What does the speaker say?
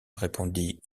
répondit